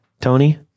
Tony